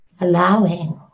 allowing